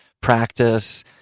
practice